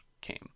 came